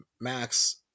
max